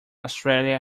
australia